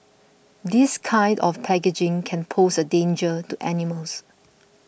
this kind of packaging can pose a danger to animals